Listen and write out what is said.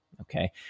Okay